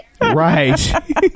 Right